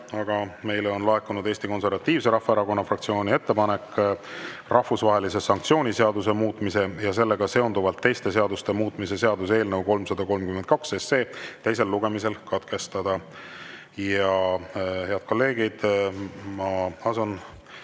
aga meile on laekunud Eesti Konservatiivse Rahvaerakonna fraktsiooni ettepanek rahvusvahelise sanktsiooni seaduse muutmise ja sellega seonduvalt teiste seaduste muutmise seaduse eelnõu 332 teine lugemine katkestada. Head kolleegid, ma asun